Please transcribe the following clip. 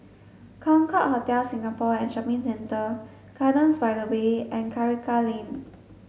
Concorde Hotel Singapore and Shopping Centre Gardens by the Bay and Karikal Lane